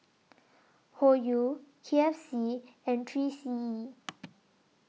Hoyu K F C and three C E